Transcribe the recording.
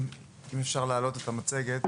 אני אציג מצגת.